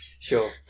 Sure